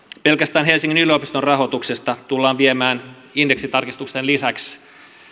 pelkästään helsingin yliopiston rahoituksesta tullaan viemään indeksitarkistusten lisäksi